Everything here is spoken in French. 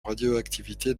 radioactivité